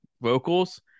vocals